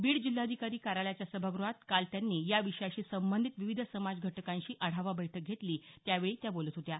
बीड जिल्हाधिकारी कार्यालयाच्या सभागृहात काल त्यांनी या विषयाशी संबंधित विविध समाज घटकांशी आढावा बैठक घेतली त्यावेळी त्या बोलत होत्या